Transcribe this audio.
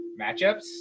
matchups